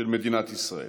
של מדינת ישראל.